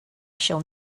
shall